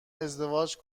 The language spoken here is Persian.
ازدواج